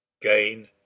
gain